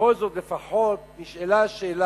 ובכל זאת לפחות נשאלה השאלה